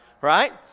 right